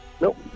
Nope